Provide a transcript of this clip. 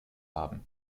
haben